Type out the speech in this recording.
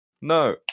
No